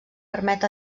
permet